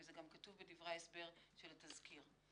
וזה גם כתוב בדברי ההסבר של התזכיר,